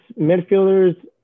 midfielders